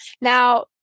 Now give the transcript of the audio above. Now